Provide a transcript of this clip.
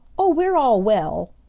oh, we're all well,